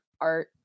art